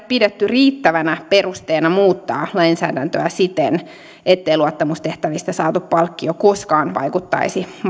pidetty riittävänä perusteena muuttaa lainsäädäntöä siten ettei luottamustehtävistä saatu palkkio koskaan vaikuttaisi